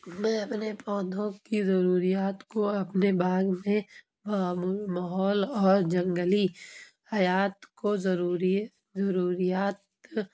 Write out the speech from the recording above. میں اپنے پودوں کی ضروریات کو اپنے باغ میں ماحول اور جنگلی حیات کو ضروری ضروریات